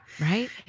Right